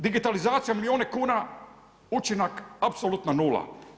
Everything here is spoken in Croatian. Digitalizacija milijune kuna, učinak apsolutna nula.